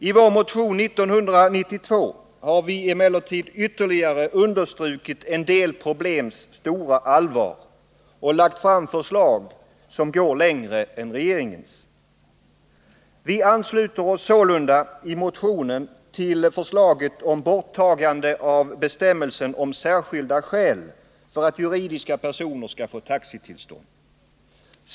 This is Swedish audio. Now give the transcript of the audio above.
I vår motion 1992 har vi emellertid ytterligare understrukit det stora allvaret i en del problem och lagt fram förslag som går längre än regeringens. Vi ansluter oss sålunda i motionen till förslaget om borttagande av bestämmelsen om särskilda skäl för att juridiska personer skall få taxitillstånd.